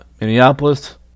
Minneapolis